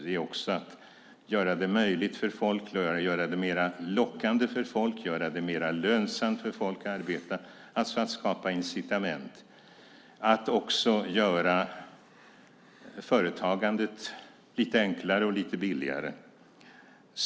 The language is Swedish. Det är också att göra det möjligt och mer lockande och lönsamt för folk att arbeta, alltså att skapa incitament. Det handlar också om att göra företagandet lite enklare och lite billigare.